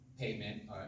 payment